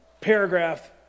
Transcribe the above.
paragraph